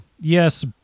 Yes